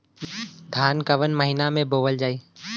धान कवन महिना में बोवल जाई?